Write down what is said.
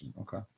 okay